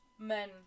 men